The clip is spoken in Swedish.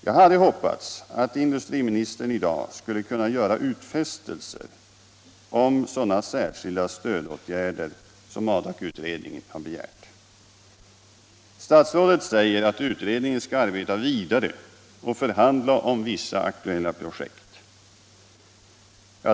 Jag hade hoppats att industriministern i dag skulle kunnat göra utfästelser om de särskilda stödåtgärder som Adakutredningen begärt. Statsrådet säger att utredningen skall arbeta vidare och förhandla om vissa aktuella projekt.